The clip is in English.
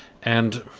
and,